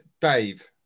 Dave